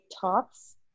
talks